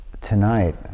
Tonight